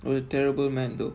a terrible man though